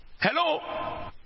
Hello